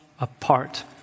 apart